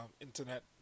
internet